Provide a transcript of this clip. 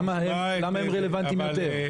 למה הם רלוונטיים יותר?